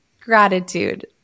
gratitude